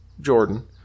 Jordan